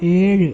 ഏഴ്